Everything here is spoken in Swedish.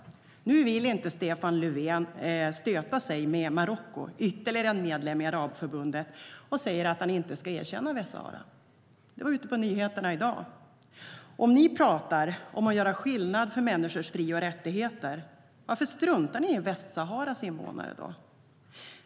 Nu vill inte Stefan Löfven stöta sig med Marocko - ytterligare en medlem i Arabförbundet - utan säger att han inte ska erkänna Västsahara. Det var på nyheterna i dag. Om ni pratar om att göra skillnad för människors fri och rättigheter, varför struntar ni då i Västsaharas invånare?